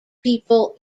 people